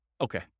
Okay